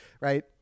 Right